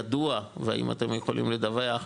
ידוע והאם אתם יכולים לדווח,